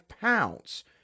pounds